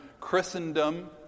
Christendom